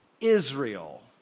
Israel